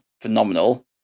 phenomenal